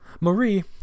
Marie